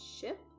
ship